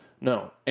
No